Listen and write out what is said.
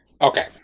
okay